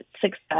success